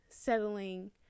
settling